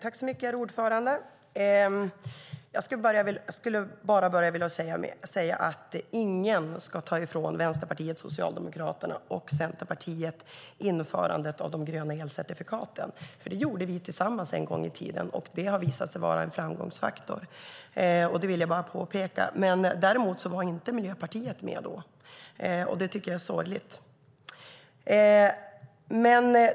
Herr talman! Jag skulle vilja börja med att säga att ingen ska ta ifrån Vänsterpartiet, Socialdemokraterna och Centerpartiet införandet av de gröna elcertifikaten. Det gjorde vi tillsammans en gång i tiden, och det har visat sig vara en framgångsfaktor. Däremot var inte Miljöpartiet med, och det tycker jag är sorgligt.